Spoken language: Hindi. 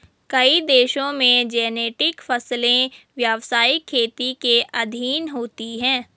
कई देशों में जेनेटिक फसलें व्यवसायिक खेती के अधीन होती हैं